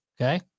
Okay